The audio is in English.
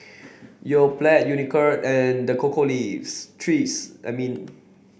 Yoplait Unicurd and The Cocoa Leaves Trees I mean